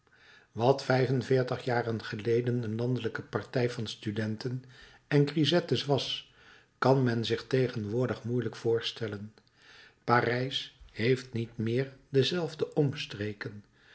wat vijfenveertig jaren geleden een landelijke partij van studenten en grisettes was kan men zich tegenwoordig moeielijk voorstellen parijs heeft niet meer dezelfde omstreken